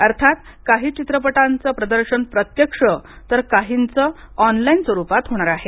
अर्थात काही चित्रपटाचे प्रदर्शन प्रत्यक्ष तर काहींचे ऑनलाइन स्वरुपात होणार आहे